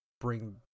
bring